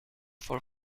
for